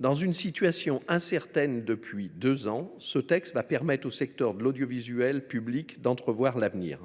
dans une situation incertaine depuis deux ans, ce texte va lui permettre d’entrevoir l’avenir.